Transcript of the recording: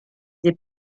des